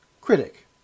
Critic